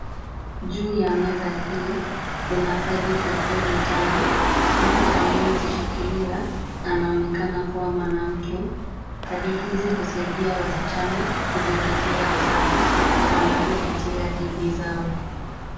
Juu ya meza hii, kuna padi za hedhi tano. Mtu aliyezishikilia anaonekana kuwa mwanamke. Padi hizi husaidia wasichana kuzingatia usafi wanapopitia hedhi zao.